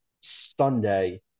Sunday